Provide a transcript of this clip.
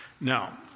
Now